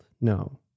No